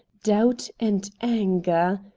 doubt, and anger.